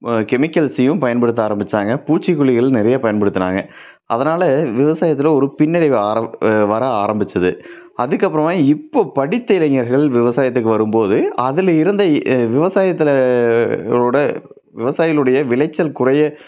கெமிக்கல்ஸுயும் பயன்படுத்த ஆரமித்தாங்க பூச்சிக்கொல்லிகள் நிறைய பயன்படுத்தினாங்க அதனால் விவசாயத்தில் ஒரு பின்னடைவு ஆர வர ஆரம்மித்தது அதுக்கப்புறமா இப்போது படித்த இளைஞர்கள் விவசாயத்துக்கு வரும்போது அதில் இருந்த விவசாயத்தில் ஒட விவசாயிகளுடைய விளைச்சல் குறைய